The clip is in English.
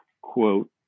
quote